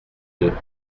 deux